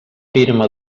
firma